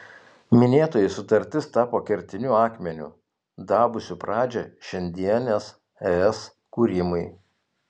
minėtoji sutartis tapo kertiniu akmeniu davusiu pradžią šiandienės es kūrimui